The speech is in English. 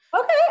Okay